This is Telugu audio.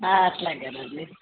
అట్లాగేనండి